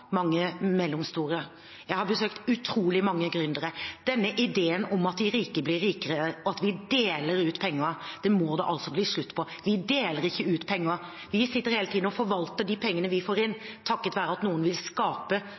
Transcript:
mange mellomstore. Jeg har besøkt utrolig mange gründere. Denne ideen om at de rike blir rikere, og at vi deler ut penger, må det bli slutt på. Vi deler ikke ut penger. Vi sitter hele tiden og forvalter de pengene vi får inn, takket være at noen vil skape